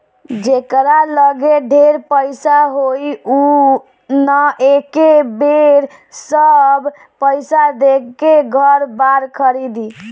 जेकरा लगे ढेर पईसा होई उ न एके बेर सब पईसा देके घर बार खरीदी